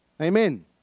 Amen